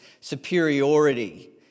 superiority